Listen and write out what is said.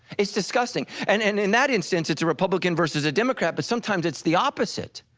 it's disgusting and and in that instance, it's a republican versus a democrat, but sometimes it's the opposite.